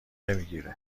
نمیگیره